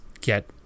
get